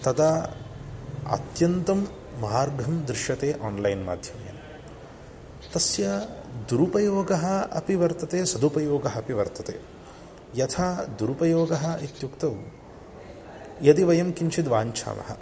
तदा अत्यन्तं मार्गं दृश्यते आन्लैन् माध्यमेन तस्य दुरुपयोगः अपि वर्तते सदुपयोगः अपि वर्तते यथा दुरुपयोगः इत्युक्तौ यदि वयं किञ्चित् वाञ्छामः